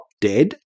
dead